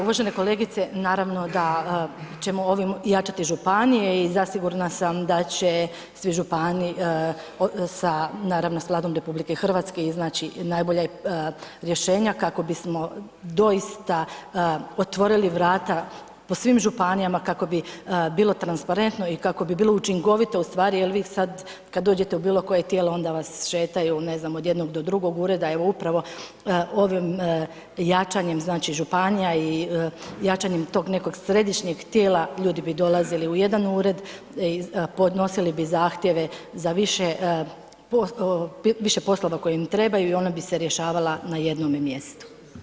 Uvažena kolegice, naravno da ćemo ovim jačati županije i zasigurna sam da će sve županije naravno s Vladom RH iznaći najbolja rješenja kako bismo doista otvorili vrata po svim županijama kako bilo transparentno i kako bi bilo učinkovito ustvari jer vi sad kad dođete u bilokoje tijelo, onda vas šetaju ne znam, od jednog do drugog ureda, evo upravo ovim jačanjem znači županija i jačanjem tog nekog središnjeg tijela, ljudi bi dolazili u jedan ured, podnosili bi zahtjeve za više poslova koje im trebaju i ona bi se rješavala na jednom mjestu.